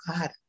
God